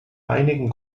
einigen